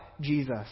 Jesus